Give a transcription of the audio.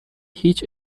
هیچ